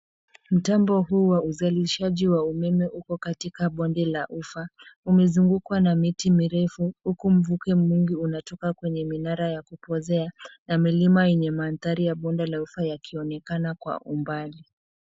Mtambo huu wa uzalishaji wa umeme uko katika bonde la ufa umezungukwa na miti mirefu huku mvuke mwingi unatoka kwenye minara ya kupozea na milima yenye mandhari ya mabonde ya ufa yakionekana kwa umbali.